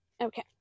okay